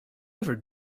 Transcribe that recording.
ever